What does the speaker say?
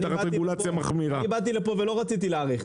תחת רגולציה מחמירה --- אני באתי לפה ולא רציתי להאריך,